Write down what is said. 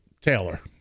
Taylor